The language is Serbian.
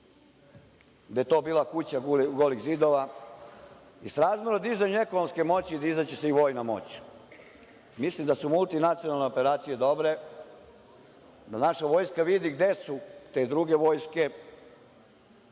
gde je to bila kuća golih zidova i srazmerno dizanju ekonomske moći dizaće se i vojna moć. Mislim da su multinacionalne operacije dobre da naša vojska vidi gde su i te druge vojske.